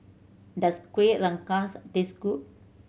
does Kueh Rengas taste good